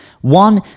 One